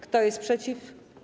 Kto jest przeciw?